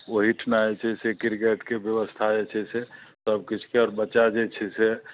ओहिठुना जे छै से क्रिकेटके व्यवस्था जे छै से सब किछुके आओर बच्चा जे छै से